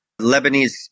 Lebanese